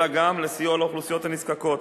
אלא גם לסיוע לאוכלוסיות הנזקקות.